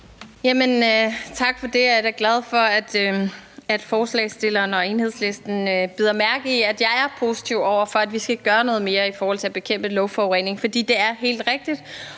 Tak for det. Jeg er da glad for, at forslagsstilleren og Enhedslisten bider mærke i, at jeg er positiv over for, at vi skal gøre noget mere i forhold til at bekæmpe luftforurening. For det er helt rigtigt,